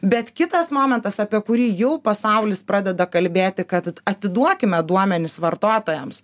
bet kitas momentas apie kurį jau pasaulis pradeda kalbėti kad atiduokime duomenis vartotojams